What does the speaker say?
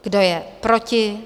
Kdo je proti?